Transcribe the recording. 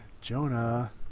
Jonah